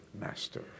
master